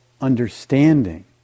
understanding